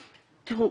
תראו,